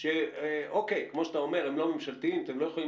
הם צריכים